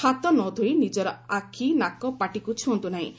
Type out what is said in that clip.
ହାତ ନ ଧୋଇ ନିଜର ଆଖି ନାକ ପାଟିକୁ ଛୁଅଁନ୍ତୁ ନାହିଁ